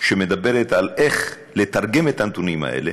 שמדברת על איך לתרגם את הנתונים האלה,